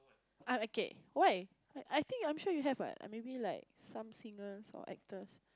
um okay why I I think I'm sure you have what ah maybe like some singers or actors